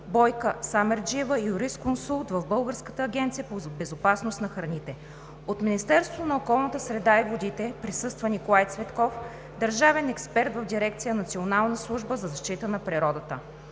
Бойка Самарджиева – юрисконсулт в Българската агенция по безопасност на храните; от Министерството на околната среда и водите присъства Николай Цветков – държавен експерт в дирекция „Национална служба за защита на природата“.